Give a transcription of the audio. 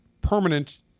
permanent